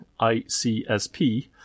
ICSP